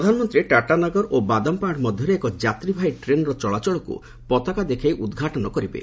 ପ୍ରଧାନମନ୍ତ୍ରୀ ଟାଟାନାଗର ଓ ବାଦାମ୍ପାହାଡ଼ ମଧ୍ୟରେ ଏକ ଯାତ୍ରୀବାହୀ ଟ୍ରେନ୍ର ଚଳାଚଳକୁ ପତାକା ଦେଖାଇ ଉଦ୍ଘାଟନ କରିବେ